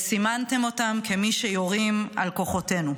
וסימנתם אותם כמי שיורים על כוחותינו.